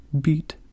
beat